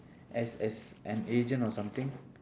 as as an agent or something